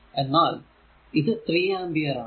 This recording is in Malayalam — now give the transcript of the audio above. എന്നാൽ ഇത് 3 ആമ്പിയർ ആണ്